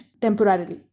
temporarily